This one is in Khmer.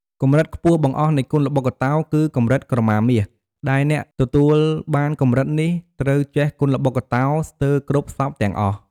កម្រិតខ្ពស់បង្អស់់នៃគុនល្បុក្កតោ គឺកម្រិតក្រមាមាស ដែលអ្នកទទួលបានកម្រិតនេះត្រូវចេះគុនល្បុក្កតោស្ទើរគ្រប់សព្វទាំងអស់។